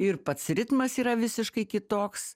ir pats ritmas yra visiškai kitoks